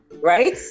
right